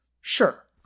Sure